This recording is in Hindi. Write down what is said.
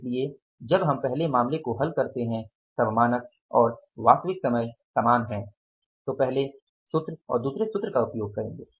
इसलिए जब हम पहले मामले को हल करते तब मानक और वास्तविक समय समान है तो आप पहले सूत्र और दूसरे सूत्र का उपयोग करेंगे